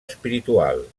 espiritual